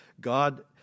God